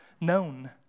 known